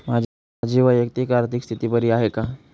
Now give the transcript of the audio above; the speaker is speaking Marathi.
माझी वैयक्तिक आर्थिक स्थिती बरी आहे का?